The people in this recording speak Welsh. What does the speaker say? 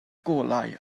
golau